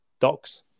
docs